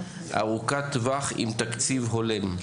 ארוכת טווח עם תקציב הולם.